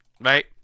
Right